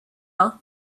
will